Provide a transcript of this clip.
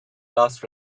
last